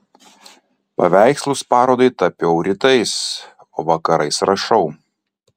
paveikslus parodai tapiau rytais o vakarais rašau